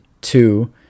Two